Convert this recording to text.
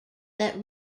that